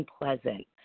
unpleasant